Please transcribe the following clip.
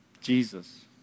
Jesus